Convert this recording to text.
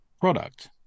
product